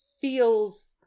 feels